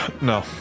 no